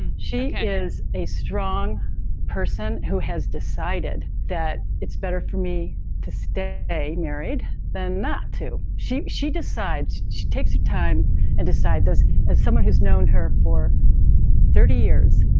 and she is a strong person who has decided that it's better for me to stay married than not to. she she decides she takes the time and decides. as as someone who's known her for thirty years,